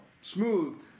smooth